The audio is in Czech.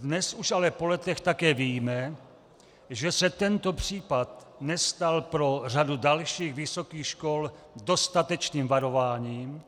Dnes už ale po letech také víme, že se tento případ nestal pro řadu dalších vysokých škol dostatečným varováním